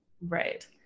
Right